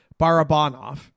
Barabanov